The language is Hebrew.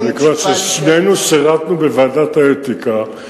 מכיוון ששנינו שירתנו בוועדת האתיקה,